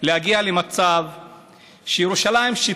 להגיע למצב שירושלים,